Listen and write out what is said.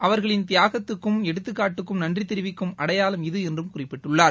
அவர்களின் தியாகத்துக்கும் எடுத்துக்காட்டுக்கும் நன்றிதெரிவிக்கும் அடையாளம் இது என்றும் குறிப்பிட்டுள்ளார்